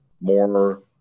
more